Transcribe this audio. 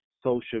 social